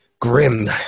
grim